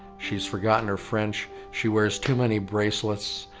she's forgotten her french, she wears too many bracelets,